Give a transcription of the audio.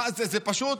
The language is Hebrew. זה פשוט